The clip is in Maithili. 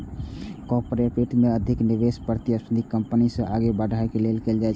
कॉरपोरेट वित्त मे अधिक निवेश प्रतिस्पर्धी कंपनी सं आगां बढ़ै लेल कैल जाइ छै